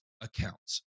accounts